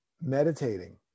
meditating